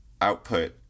output